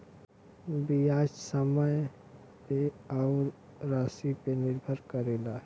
बियाज समय पे अउर रासी पे निर्भर करेला